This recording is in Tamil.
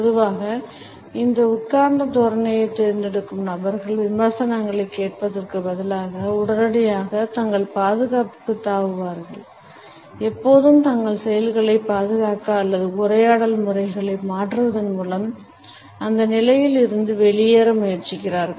பொதுவாக இந்த உட்கார்ந்த தோரணையைத் தேர்ந்தெடுக்கும் நபர்கள் விமர்சனங்களைக் கேட்பதற்குப் பதிலாக உடனடியாக தங்கள் பாதுகாப்புக்குத் தாவுகிறார்கள் எப்போதும் தங்கள் செயல்களைப் பாதுகாக்க அல்லது உரையாடல் முறைகளை மாற்றுவதன் மூலம் அந்த நிலையில் இருந்து வெளியேற முயற்சிக்கிறார்கள்